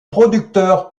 producteurs